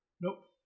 Nope